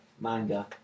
manga